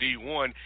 D1